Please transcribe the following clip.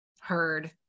heard